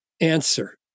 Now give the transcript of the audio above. Answer